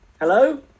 Hello